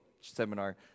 seminar